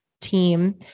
team